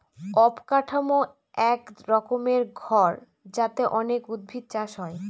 অবকাঠামো এক রকমের ঘর যাতে অনেক উদ্ভিদ চাষ হয়